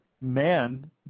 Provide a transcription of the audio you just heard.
man